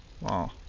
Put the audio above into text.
Wow